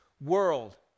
world